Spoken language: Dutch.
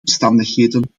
omstandigheden